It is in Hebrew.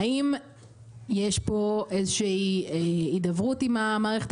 האם יש פה איזושהי הידברות עם המערכת